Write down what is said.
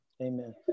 Amen